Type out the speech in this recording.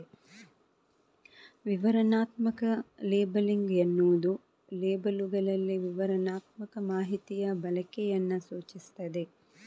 ವಿವರಣಾತ್ಮಕ ಲೇಬಲಿಂಗ್ ಎನ್ನುವುದು ಲೇಬಲ್ಲುಗಳಲ್ಲಿ ವಿವರಣಾತ್ಮಕ ಮಾಹಿತಿಯ ಬಳಕೆಯನ್ನ ಸೂಚಿಸ್ತದೆ